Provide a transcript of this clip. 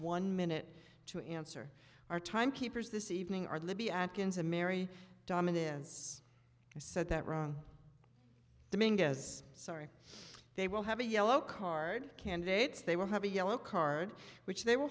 one minute to answer our timekeepers this evening are libby atkins and mary dominance so that wrong the main guess sorry they will have a yellow card candidates they will have a yellow card which they will